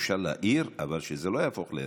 אפשר להעיר, אבל שזה לא יהפוך להרגל.